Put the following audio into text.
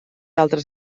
altres